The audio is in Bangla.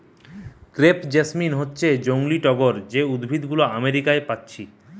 ক্রেপ জেসমিন হচ্ছে জংলি টগর যে উদ্ভিদ গুলো আমেরিকা পাচ্ছি